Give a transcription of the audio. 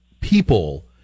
people